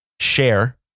share